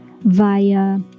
via